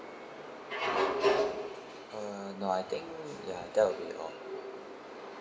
uh no I think ya that would be all